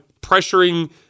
pressuring